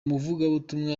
muvugabutumwa